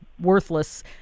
worthless